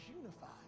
unified